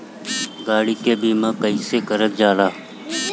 गाड़ी के बीमा कईसे करल जाला?